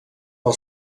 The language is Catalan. pel